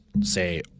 say